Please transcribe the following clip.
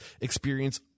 experience